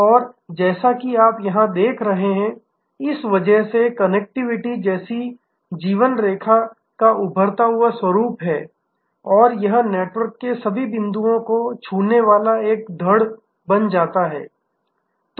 और जैसा कि आप यहां देख रहे हैं इस वजह से कनेक्टिविटी जैसी जीवन रेखा का उभरता हुआ स्वरूप और यह नेटवर्क के सभी बिंदुओं को छूने वाला एक धड़ बन जाता है